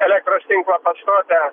elektros tinklo pastotę